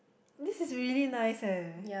this is really nice eh